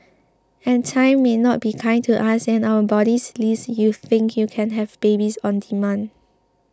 and time may not be kind to us and our bodies lest you think you can have babies on demand